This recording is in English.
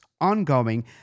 ongoing